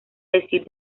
decir